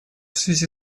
связи